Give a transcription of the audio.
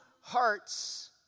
hearts